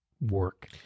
work